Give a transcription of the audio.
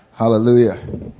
Hallelujah